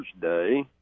Thursday